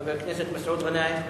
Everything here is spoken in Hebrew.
חבר הכנסת מסעוד גנאים?